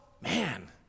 man